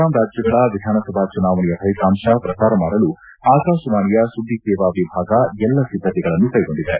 ರಾಂ ರಾಜ್ಲಗಳ ವಿಧಾನಸಭಾ ಚುನಾವಣೆಯ ಫಲಿತಾಂಶ ಪ್ರಸಾರ ಮಾಡಲು ಆಕಾಶವಾಣಿಯ ಸುದ್ದಿ ಸೇವಾ ವಿಭಾಗ ಎಲ್ಲ ಒದ್ದತೆಗಳನ್ನು ಕೈಗೊಂಡಿದೆ